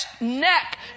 neck